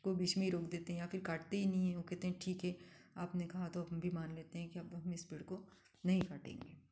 को बीच में ही रोक देते हैं या फिर काटते ही नहीं हैं वो कहते हैं ठीक है आपने कहा तो अब हम भी मान लेते हैं कि अब हम इस पेड़ को नहीं काटेंगे